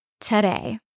today